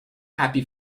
happy